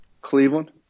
Cleveland